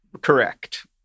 Correct